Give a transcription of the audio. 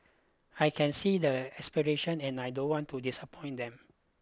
I can see their aspirations and I don't want to disappoint them